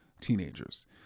teenagers